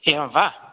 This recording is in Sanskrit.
एवं वा